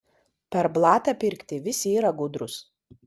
per blatą pirkti visi yra gudrūs